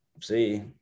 see